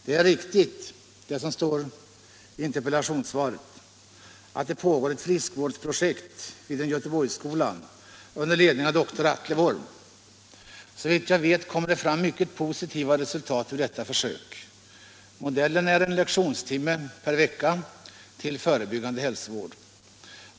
Det är riktigt, som interpellationssvaret nämner, att det pågår ett friskvårdsprojekt vid en Göteborgsskola under ledning av doktor Atle Wohrm. Såvitt jag vet kommer det fram mycket positiva resultat ur detta försök. Modellen är en lektionstimme per vecka till förebyggande hälsovård.